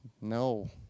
no